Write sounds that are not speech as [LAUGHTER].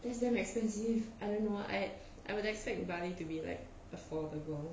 that's damn expensive I [NOISE] I would expect bali to be like affordable